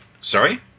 Sorry